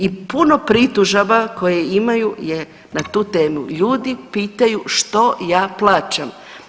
I puno pritužaba koje imaju je na tu temu, ljudi pitaju što ja plaćam.